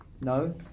No